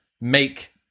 make